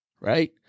Right